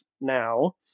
now